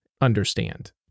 understand